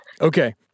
Okay